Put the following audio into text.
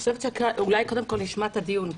אולי קודם כול, נשמע את הדיון.